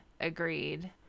Agreed